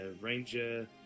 Ranger